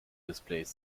displays